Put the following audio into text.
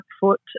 foot